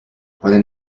pueden